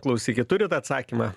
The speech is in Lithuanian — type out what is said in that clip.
klausykit turit atsakymą